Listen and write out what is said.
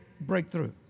breakthrough